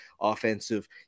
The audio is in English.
offensive